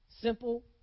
Simple